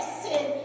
sin